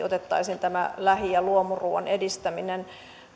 otettaisiin lähi ja luomuruuan edistäminen